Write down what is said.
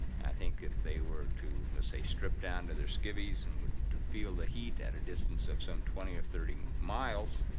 i think if they were to, let's say, strip down to their skivvies and to feel the heat at a distance of some twenty or thirty miles.